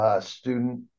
student